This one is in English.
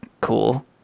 cool